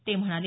ते म्हणाले